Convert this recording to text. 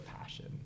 passion